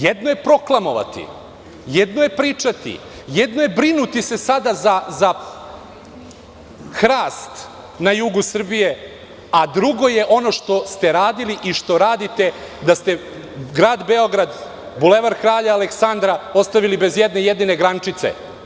Jedno je proklamovati, jedno je pričati, jedno je brinuti se sada za hrast na jugu Srbije, a drugo je ono što ste radili i što radite, da ste Grad Beograd, Bulevar kralja Aleksandra ostavili bez jedne jedine grančice.